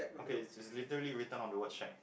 okay it's literally written on the word shack